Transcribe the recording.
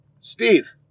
Steve